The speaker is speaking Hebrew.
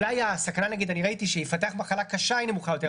אולי הסכנה שיפתח מחלה קשה היא נמוכה יותר,